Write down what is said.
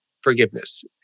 forgiveness